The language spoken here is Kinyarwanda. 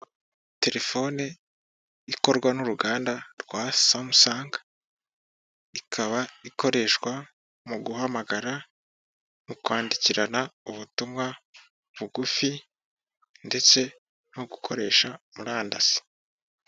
Terefone ikorwa n'uruganda rwa samusanga ikaba ikoreshwa mu guhamagara, mu kwandikirana ubutumwa bugufi ndetse no gukoresha murandasi.